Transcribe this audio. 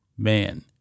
Man